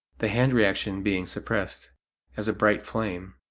the hand reaction being suppressed as a bright flame,